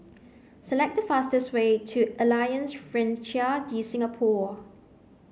select the fastest way to Alliance Francaise de Singapour